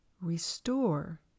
Restore